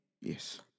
Yes